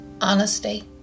honesty